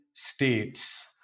states